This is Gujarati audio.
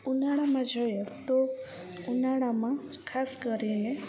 ઉનાળામાં જોઈએ તો ઉનાળામાં ખાસ કરીને